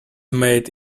made